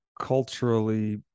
culturally